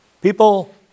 People